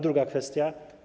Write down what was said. Druga kwestia.